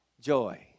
joy